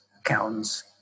accountants